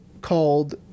called